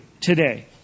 today